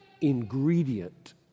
ingredient